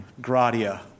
gratia